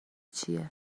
چیه